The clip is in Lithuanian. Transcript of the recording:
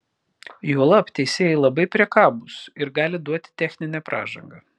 juolab teisėjai labai priekabūs ir gali duoti techninę pražangą